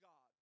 God